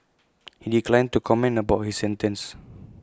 he declined to comment about his sentence